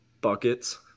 Buckets